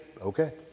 Okay